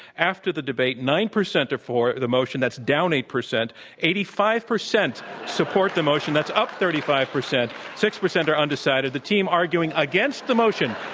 after the debate, nine percent are for the motion that's down eight percent eighty five percent support the motion that's up thirty five percent six percent are undecided. the team arguing against the motion,